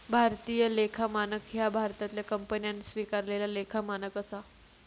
भारतीय लेखा मानक ह्या भारतातल्या कंपन्यांन स्वीकारलेला लेखा मानक असा